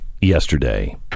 yesterday